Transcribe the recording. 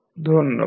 ধন্যবাদ